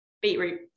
Beetroot